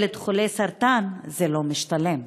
ילד חולה סרטן זה לא משתלם.